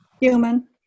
Human